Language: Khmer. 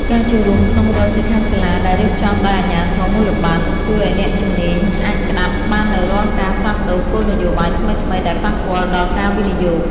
ការចូលរួមក្នុងរាល់សិក្ខាសាលាដែលរៀបចំដោយអាជ្ញាធរមូលបត្រ ជួយឱ្យអ្នកជំនាញអាចក្ដាប់បាននូវរាល់ការផ្លាស់ប្តូរគោលនយោបាយថ្មីៗដែលប៉ះពាល់ដល់ការវិនិយោគ។